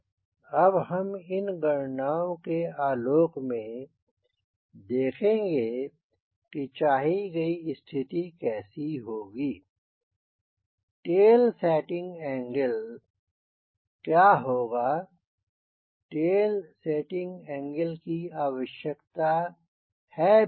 अब हम इन गणनाओं के आलोक में देखेंगे कि चाही गयी स्थिति कैसी होगी टेल सेटिंग एंगल क्या होगा टेल सेटिंग एंगल की आवश्यकता है भी कि नहीं